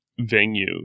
venue